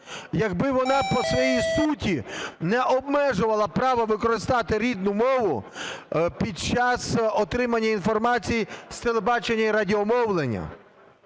якби вона по своїй суті не обмежувала право використати рідну мову під час отримання інформації з телебачення і радіомовлення.